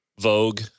Vogue